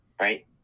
right